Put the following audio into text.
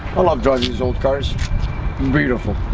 i love driving these old cars beautiful